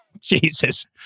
Jesus